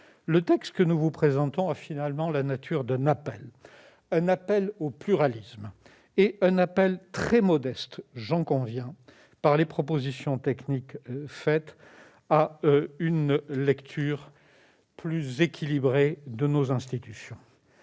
Le texte que nous soumettons à votre examen a finalement la nature d'un appel, un appel au pluralisme et un appel très modeste, j'en conviens, par les propositions techniques avancées, en faveur d'une lecture plus équilibrée de nos institutions.